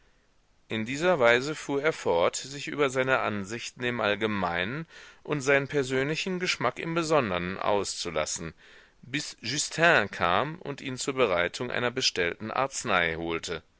in dieser weise fuhr er fort sich über seine ansichten im allgemeinen und seinen persönlichen geschmack im besondern auszulassen bis justin kam und ihn zur bereitung einer bestellten arznei holte